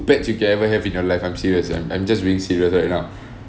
pets you can ever have in your life I'm serious ah I'm just being serious right now